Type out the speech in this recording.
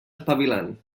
espavilant